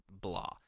blah